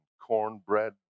cornbread